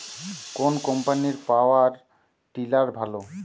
কোন কম্পানির power tiller ভালো?